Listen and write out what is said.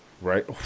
right